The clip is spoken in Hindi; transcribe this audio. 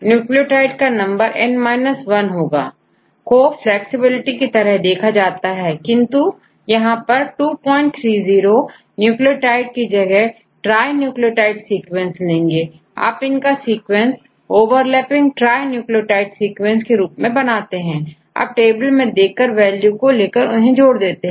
न्यूक्लियोटाइड का नंबर n 1 होगा Rigidity को फ्लैक्सिबिलिटी की तरह ही देखा जा सकता है किंतु यहां पर 230 न्यूक्लियोटाइड की जगह ट्राई न्यूक्लियोटाइड सीक्वेंस लेंगे आप इनका sequence overlapping trinucleotide sequence के रूप में बनाते हैं अब टेबल में देख कर वैल्यू को लेकर इन्हें जोड़ते हैं